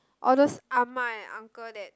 all those ah-ma and uncle that